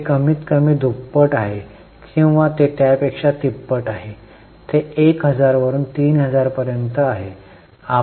ते कमीतकमी दुप्पट आहेत किंवा ते त्यापेक्षा तिप्पट आहेत ते 1000 वरून 3000 पर्यंत आहेत